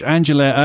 Angela